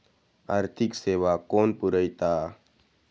आर्थिक सेवा कोण पुरयता?